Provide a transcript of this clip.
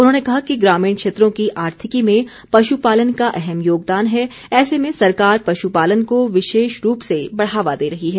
उन्होंने कहा कि ग्रामीण क्षेत्रों की आर्थिकी में पशुपालन का अहम योगदान है ऐसे में सरकार पशुपालन को विशेष रूप से बढ़ावा दे रही है